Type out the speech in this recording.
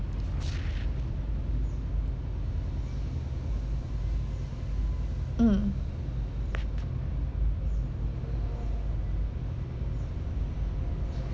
mm